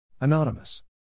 Anonymous